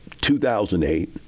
2008